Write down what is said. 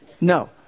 No